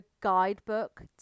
guidebook